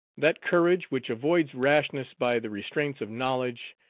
that courage which avoids rashness by the restraints of knowledge,